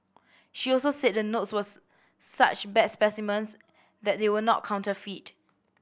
she also said the notes was such bad specimens that they were not counterfeit